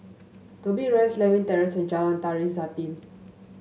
Dobbie Rise Lewin Terrace and Jalan Tari Zapin